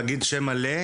הסטודנטים,